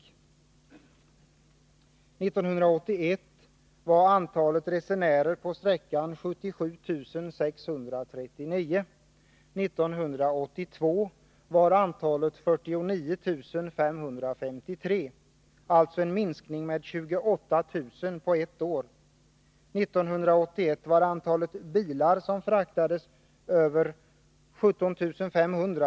År 1981 var antalet resenärer på sträckan 77 639. År 1982 var antalet 49 553, alltså en minskning med 28 000 på ett år. År 1981 var antalet bilar som fraktades över 17 500.